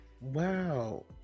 wow